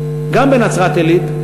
גם בנצרת-עילית,